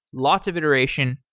lots of iteration,